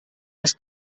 les